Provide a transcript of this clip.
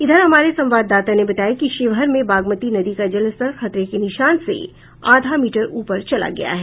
इधर हमारे संवाददाता ने बताया कि शिवहर में बागमती नदी का जलस्तर खतरे के निशान से आधा मीटर ऊपर चला गया है